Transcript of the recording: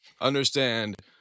understand